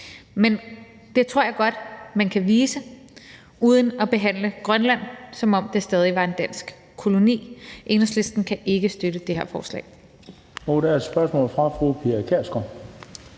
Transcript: Men det tror jeg godt man kan vise uden at behandle Grønland, som om det stadig var en dansk koloni. Enhedslisten kan ikke støtte det her forslag.